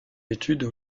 études